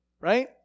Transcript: right